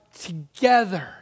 together